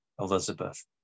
Elizabeth